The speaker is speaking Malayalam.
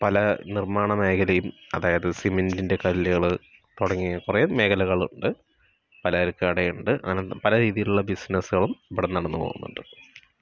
പല നിർമ്മാണ മേഖലയിലും അതായത് സിമൻറ്ൻറെ കല്ലുകൾ തുടങ്ങിയ കുറെ മേഖലകളുണ്ട് പലചരക്ക് കടയുണ്ട് അങ്ങനത്തെ പല രീതിയിലുള്ള ബിസിനസുകളും ഇവിടെ നടന്നു പോകുന്നുണ്ട്